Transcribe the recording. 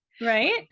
right